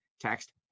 Text